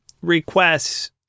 requests